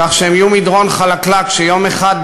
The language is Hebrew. כך שהם יהיו מדרון חלקלק שיום אחד,